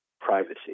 privacy